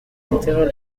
several